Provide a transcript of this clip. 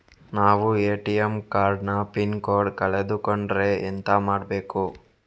ನಾವು ATM card ನ pin code ಕಳೆದು ಕೊಂಡ್ರೆ ಎಂತ ಮಾಡ್ಬೇಕು?